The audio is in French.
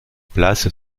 place